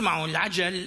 (אומר בערבית ומתרגם:)